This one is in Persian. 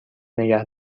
نگه